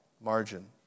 margin